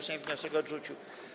Sejm wniosek odrzucił.